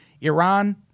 Iran